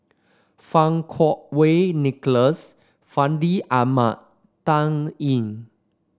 Fang Kuo Wei Nicholas Fandi Ahmad Dan Ying